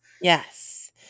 Yes